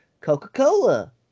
Coca-Cola